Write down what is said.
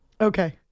Okay